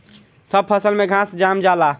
सब फसल में घास जाम जाला